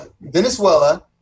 Venezuela